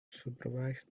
supervise